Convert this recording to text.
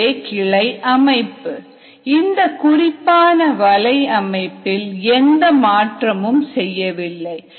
இதுவே கிளை அமைப்பு இந்த குறிப்பான வலை அமைப்பில் எந்த மாற்றமும் செய்யவில்லை